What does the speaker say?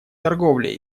торговля